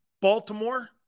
Baltimore